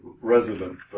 resident